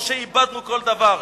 או שאיבדנו כל דבר?